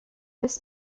this